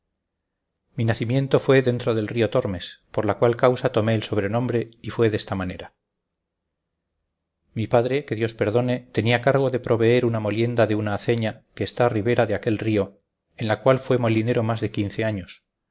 mi nacimiento fue dentro del río tormes por la cual causa tomé el sobrenombre y fue desta manera mi padre que dios perdone tenía cargo de proveer una molienda de una aceña que está ribera de aquel río en la cual fue molinero más de quince años